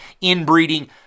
inbreeding